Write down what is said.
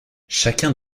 chacun